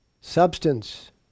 Substance